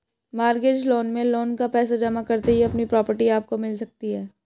mortgage loan में loan का पैसा जमा करते ही अपनी प्रॉपर्टी आपको मिल सकती है